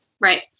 Right